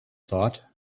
thought